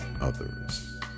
others